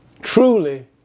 Truly